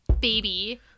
baby